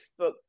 Facebook